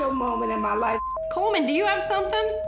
so moment in my life. colman, do you have something?